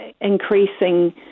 increasing